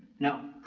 no,